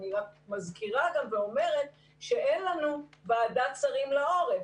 אני רק מזכירה ואומרת שאין לנו ועדת שרים לעורף.